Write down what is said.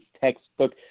textbook